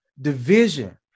division